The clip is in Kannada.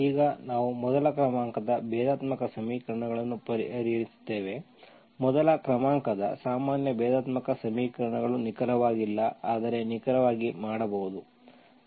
ಈಗ ನಾವು ಮೊದಲ ಕ್ರಮಾಂಕದ ಭೇದಾತ್ಮಕ ಸಮೀಕರಣಗಳನ್ನು ಪರಿಗಣಿಸುತ್ತೇವೆ ಮೊದಲ ಕ್ರಮಾಂಕದ ಸಾಮಾನ್ಯ ಭೇದಾತ್ಮಕ ಸಮೀಕರಣಗಳು ನಿಖರವಾಗಿಲ್ಲ ಆದರೆ ನಿಖರವಾಗಿ ಮಾಡಬಹುದು